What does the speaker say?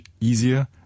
easier